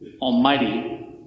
Almighty